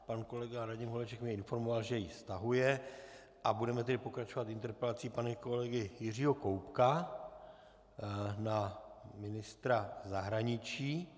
Pan kolega Radim Holeček mě informoval, že ji stahuje, a budeme pokračovat interpelací pana kolegy Jiřího Koubka na ministra zahraničí.